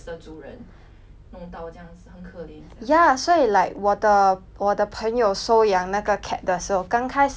ya 所以 like 我的我的朋友收养那个 cat 的时候刚开始 the cat trust nobody so when 那个